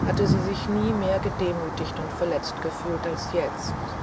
hatte sie sich nie mehr gedemütigt und verletzt gefühlt als jetzt